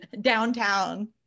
downtown